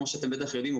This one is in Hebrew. כמו שאתם בטח יודעים,